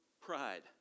pride